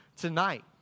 tonight